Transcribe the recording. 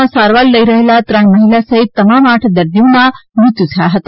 માં સારવાર લઈ રહેલા ત્રણ મહિલા સહિત તમામ આઠ દર્દીઓના મૃત્યુ થાય હતા